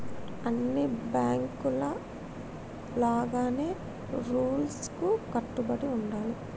అన్ని బాంకుల లాగానే రూల్స్ కు కట్టుబడి ఉండాలి